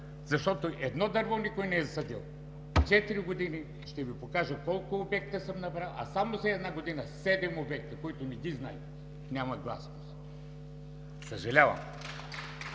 защото едно дърво никой не е засадил! Четири години, ще Ви покажа колко обекта съм направил, а само за една година седем обекта, които не ги знаете. Няма гласност, съжалявам,